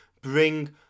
bring